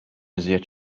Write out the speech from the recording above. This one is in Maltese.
iżjed